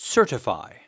Certify